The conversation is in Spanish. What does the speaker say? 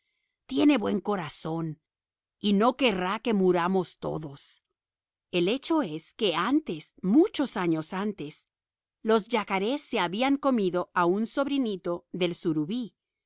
tiene buen corazón y no querrá que muramos todos el hecho es que antes muchos años antes los yacarés se habían comido a un sobrinito del surubí